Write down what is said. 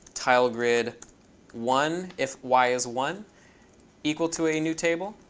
tilegrid one if y is one equal to a new table.